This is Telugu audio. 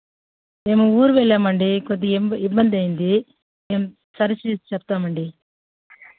మేము ఊరు వెళ్ళామండి కొద్దిగా ఇబ్బంది అయ్యింది మేము సరి చూసి చెప్తామండి